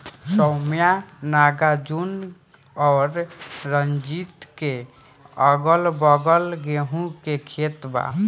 सौम्या नागार्जुन और रंजीत के अगलाबगल गेंहू के खेत बा